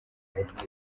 umutwe